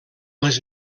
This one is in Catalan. les